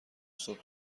صبح